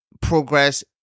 progress